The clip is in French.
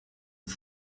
une